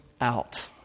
out